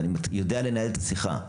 יודע לנהל את השיחה,